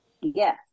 Yes